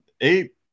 eight